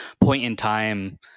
point-in-time